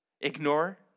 ignore